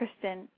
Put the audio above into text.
Kristen